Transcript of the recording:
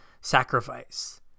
sacrifice